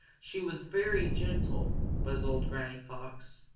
she was very gentle, was old granny fox,